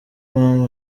mpamvu